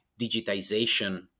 digitization